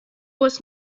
was